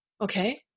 Okay